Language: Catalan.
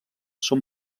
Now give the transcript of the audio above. són